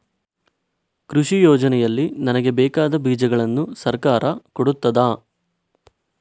ಕೃಷಿ ಯೋಜನೆಯಲ್ಲಿ ನನಗೆ ಬೇಕಾದ ಬೀಜಗಳನ್ನು ಸರಕಾರ ಕೊಡುತ್ತದಾ?